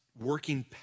working